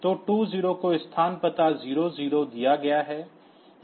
तो 20 को स्थान पता 00 दिया गया है